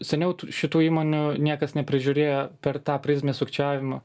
seniau šitų įmonių niekas neprižiūrėjo per tą prizmę sukčiavimo